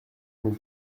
l’on